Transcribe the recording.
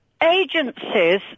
agencies